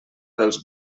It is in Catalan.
dels